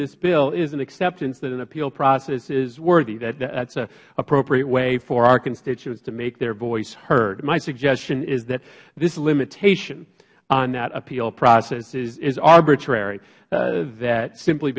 this bill is an acceptance that an appeal process is worthy that it is an appropriate way for our constituents to make their voice heard my suggestion is that this limitation on that appeal process is arbitrary that simply